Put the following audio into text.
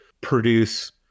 produce